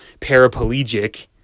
paraplegic